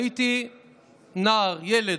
הייתי ילד,